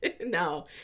no